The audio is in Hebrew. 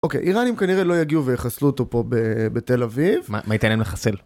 אוקיי, איראנים כנראה לא יגיעו ויחסלו אותו פה בתל אביב. מה ייתן להם לחסל?